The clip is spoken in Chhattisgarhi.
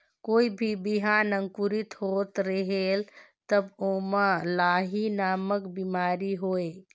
कोई भी बिहान अंकुरित होत रेहेल तब ओमा लाही नामक बिमारी होयल?